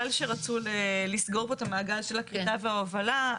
שרצו לסגור פה את המעגל של הכריתה וההובלה,